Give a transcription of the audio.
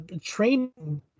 training